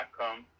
come